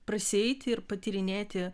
prasieiti ir patyrinėti